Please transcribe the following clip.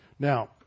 Now